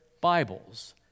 Bibles